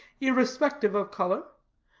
irrespective of color,